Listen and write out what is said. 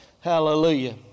Hallelujah